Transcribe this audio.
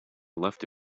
left